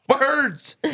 Words